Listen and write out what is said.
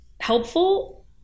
helpful